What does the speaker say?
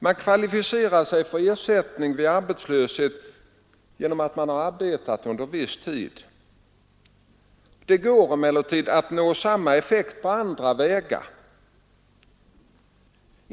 Man kvalificerar sig för ersättning vid arbetslöshet genom att man har arbetat under viss tid. Man kan också ha andra kvalifikationsgrunder.